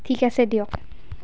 ঠিক আছে দিয়ক